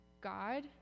God